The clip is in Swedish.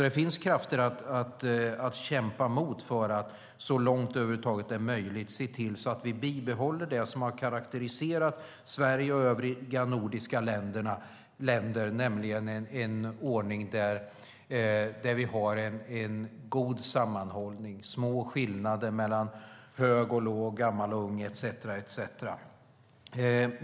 Det finns alltså krafter att kämpa emot för att vi så långt som det över huvud taget är möjligt ser till att vi bibehåller det som har karaktäriserat Sverige och övriga nordiska länder, nämligen en ordning där vi har en god sammanhållning, små skillnader mellan hög och låg, gammal och ung etcetera.